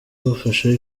bafashe